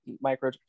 micro